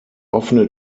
offene